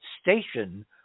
station